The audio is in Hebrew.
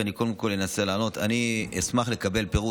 שמענו את העדויות, אנחנו יודעים פחות